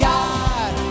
God